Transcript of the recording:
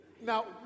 now